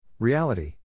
Reality